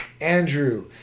Andrew